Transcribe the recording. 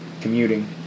commuting